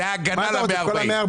אתה רוצה את כל ה-140?